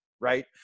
right